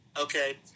okay